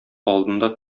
алдында